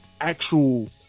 actual